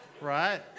right